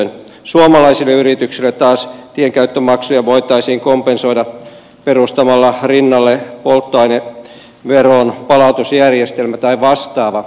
suomalaisille yrityksille taas tienkäyttömaksuja voitaisiin kompensoida perustamalla rinnalle polttoaineveron palautusjärjestelmä tai vastaava